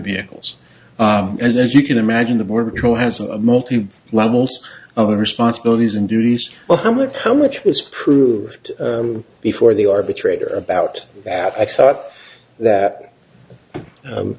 vehicles as you can imagine the border patrol has a multitude of levels of responsibilities and duties well how much how much was proved before the arbitrator about that i thought that